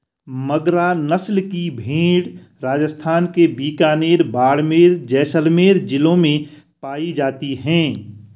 मगरा नस्ल की भेंड़ राजस्थान के बीकानेर, बाड़मेर, जैसलमेर जिलों में पाई जाती हैं